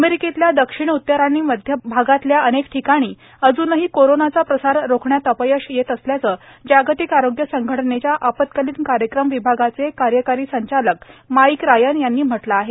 अमेरिकेतल्या दक्षिण उत्तर आणि मध्य भागातल्या अनेक ठिकाणी अजुनही कोरोनाचा प्रसार रोखण्यात अपयश येत असल्याचं जागतिक आरोग्य संघटनेच्या आपत्कालीन कार्यक्रम विभागाचे कार्यकारी संचालक माईक रायन यांनी म्हटलं आहे